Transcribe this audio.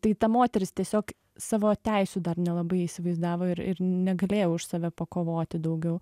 tai ta moteris tiesiog savo teisių dar nelabai įsivaizdavo ir ir negalėjo už save pakovoti daugiau